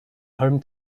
home